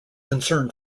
concern